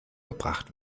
gebracht